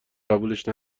قبولش